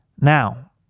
Now